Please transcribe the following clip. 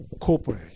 cooperate